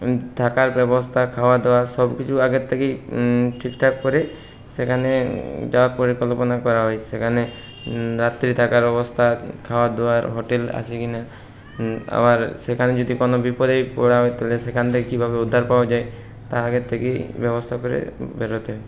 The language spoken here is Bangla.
থাকার ব্যবস্থা খাওয়া দাওয়া সবকিছু আগের থেকেই ঠিকঠাক করে সেখানে যাওয়ার পরিকল্পনা করা হয় সেখানে রাত্রে থাকার ব্যবস্থা খাওয়া দাওয়ার হোটেল আছে কিনা আবার সেখানে যদি কোনো বিপদে পড়া হয় তাহলে সেখান থেকে কীভাবে উদ্ধার পাওয়া যায় তা আগের থেকেই ব্যবস্থা করে বেরোতে